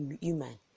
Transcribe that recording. human